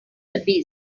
abyss